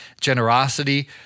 generosity